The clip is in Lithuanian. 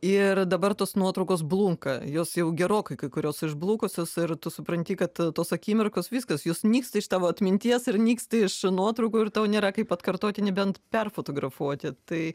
ir dabar tos nuotraukos blunka jos jau gerokai kai kurios išblukusios ir tu supranti kad tos akimirkos viskas jos nyksta iš tavo atminties ir nyksta iš nuotraukų ir tau nėra kaip atkartoti nebent perfotografuoti tai